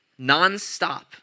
nonstop